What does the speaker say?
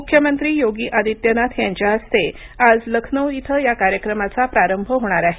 मुख्यमंत्री योगी आदित्यनाथ यांच्या हस्ते आज लखनौ इथं या कार्यक्रमाचा प्रारंभ होणार आहे